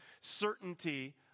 certainty